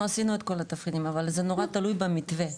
אנחנו עשינו את כל התבחינים אבל זה נורא תלוי במתווה.